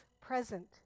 present